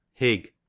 Hig